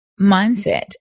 mindset